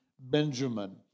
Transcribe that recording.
Benjamin